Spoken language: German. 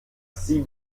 sie